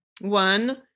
one